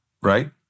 right